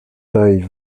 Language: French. taille